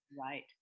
Right